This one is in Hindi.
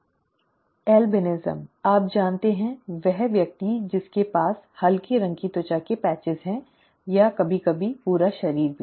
अल्बिनिज्म आप जानते हैं वह व्यक्ति जिसके पास हल्के रंग की त्वचा के पैच हैं या कभी कभी पूरा शरीर भी